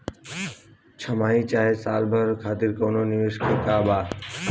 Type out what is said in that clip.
छमाही चाहे साल भर खातिर कौनों निवेश बा का?